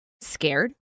scared